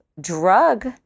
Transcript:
drug